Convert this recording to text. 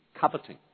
coveting